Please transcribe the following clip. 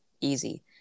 easy